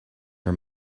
her